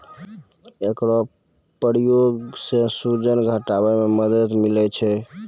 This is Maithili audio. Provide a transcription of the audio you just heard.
एकरो प्रयोग सें सूजन घटावै म मदद मिलै छै